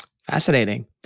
Fascinating